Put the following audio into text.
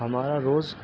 ہمارا روز